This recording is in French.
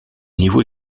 niveau